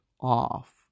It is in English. off